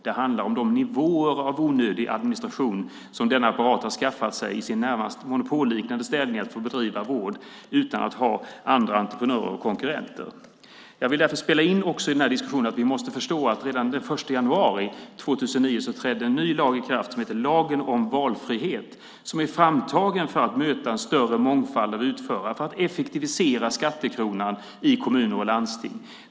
Det handlar om de nivåer av onödig administration som denna apparat har skaffat sig i sin närmast monopolliknande ställning att få bedriva vård utan att ha andra entreprenörer och konkurrenter. Jag vill därför också spela in i den här diskussionen att vi måste förstå att redan den 1 januari 2009 trädde en ny lag i kraft som heter lagen om valfrihet. Den är framtagen för att möta en större mångfald av utförare för att effektivisera skattekronan i kommuner och landsting.